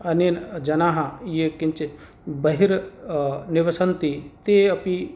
अनेन जनाः ये किञ्चित् बहिः निवसन्ति ते अपि